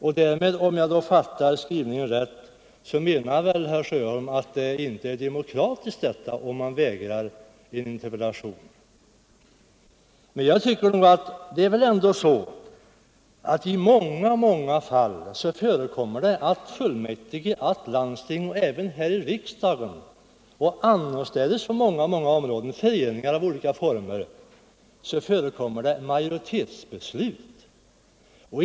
Om jag fattar honom rätt så menar han att det inte är demokratiskt att vägra någon att interpellera. Men i fullmäktige, landsting och riksdag — och även på många andra områden, bl.a. inom föreningar av olika slag — förekommer ju majoritetsbeslut.